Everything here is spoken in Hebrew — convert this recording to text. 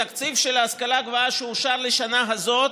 בתקציב של ההשכלה הגבוהה שאושר לשנה הזאת,